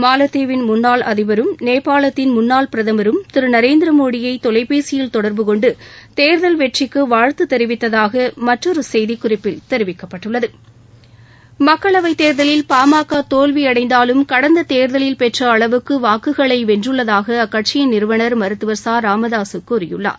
மாலத்தீவின் முன்னாள் அதிபரும் நேபாளத்தின் முன்னாள் பிரதமரும் திரு நரேந்திர மோடியை தொலைபேசியில் தொடர்பு கொண்டு தேர்தல் வெற்றிக்கு வாழ்த்து தெரிவித்ததாக அந்த செய்திக் குறிப்பில் தெரிவிக்கப்பட்டுள்ளது மக்களவைத் தேர்தலில் பாமக தோல்வி அடைந்தாலும் கடந்த தேர்தலில் பெற்ற அளவுக்கு வாக்குகளை வென்றுள்ளதாக அக்கட்சியின் நிறுவனர் மருத்துவர் ச ராமதாசு கூறியுள்ளார்